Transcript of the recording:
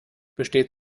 besteht